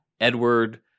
Edward